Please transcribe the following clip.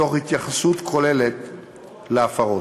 תוך התייחסות כוללת להפרות.